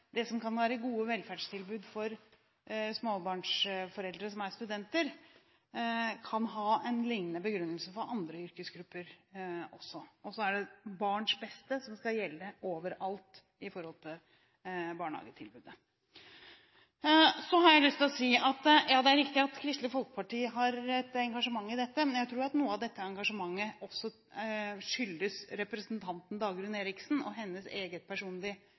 det som kan være gode velferdstilbud for småbarnsforeldre som er studenter, kan ha en lignende begrunnelse for andre yrkesgrupper også. Det er barns beste som skal gjelde over alt i forhold til barnehagetilbudet. Ja, det er riktig at Kristelig Folkeparti har et engasjement i dette, men jeg tror at noe av dette engasjementet også skyldes representanten Dagrun Eriksen og hennes eget